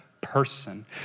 person